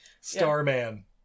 Starman